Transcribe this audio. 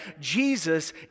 Jesus